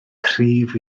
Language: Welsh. cryf